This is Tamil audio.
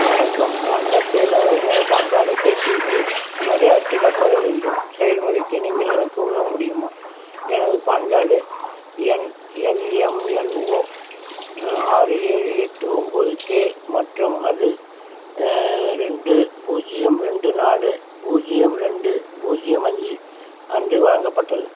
வணக்கம் நான் தற்செயலாக எனது பான் கார்டைக் கிழித்துவிட்டேன் மறு அச்சிடக் கோர வேண்டும் செயல்முறைக்கு நீங்கள் எனக்கு உதவ முடியுமா எனது பான் கார்டு எண் எல்எம்என்ஓ ஆறு ஏழு எட்டு ஒன்போது கே மற்றும் அது ரெண்டு பூஜ்ஜியம் ரெண்டு நாலு பூஜ்ஜியம் ரெண்டு பூஜ்ஜியம் அஞ்சு அன்று வழங்கப்பட்டது